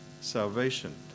salvation